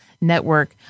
Network